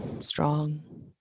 strong